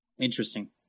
Interesting